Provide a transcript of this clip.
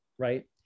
right